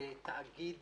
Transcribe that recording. בתאגיד